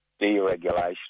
deregulation